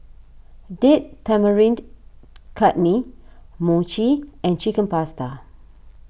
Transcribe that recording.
Date Tamarind Chutney Mochi and Chicken Pasta